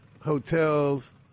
hotels